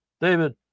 David